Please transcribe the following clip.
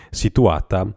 situata